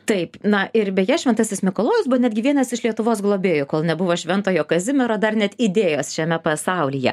taip na ir beje šventasis mikalojus buvo netgi vienas iš lietuvos globėjų kol nebuvo šventojo kazimiero dar net idėjos šiame pasaulyje